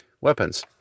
weapons